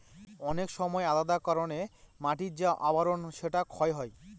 অনেক সময় আলাদা কারনে মাটির যে আবরন সেটা ক্ষয় হয়